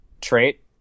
trait